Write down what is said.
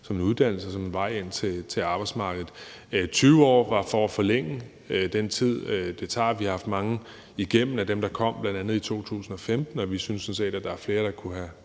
som en uddannelse og som en vej ind til arbejdsmarkedet. Med hensyn til de 20 år var det for at forlænge den tid, det tager. Vi har haft mange af dem, der bl.a. kom i 2015, igennem forløbet, og vi synes sådan set, at der var flere, der kunne have